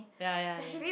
ya ya ya